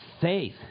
faith